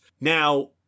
now